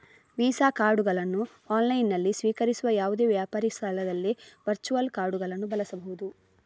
visa ಕಾರ್ಡುಗಳನ್ನು ಆನ್ಲೈನಿನಲ್ಲಿ ಸ್ವೀಕರಿಸುವ ಯಾವುದೇ ವ್ಯಾಪಾರಿ ಸ್ಥಳದಲ್ಲಿ ವರ್ಚುವಲ್ ಕಾರ್ಡುಗಳನ್ನು ಬಳಸಬಹುದು